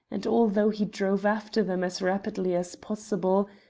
and although he drove after them as rapidly as possible,